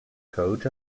coach